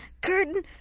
curtain